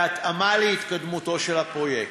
בהתאמה, להתקדמותו של הפרויקט.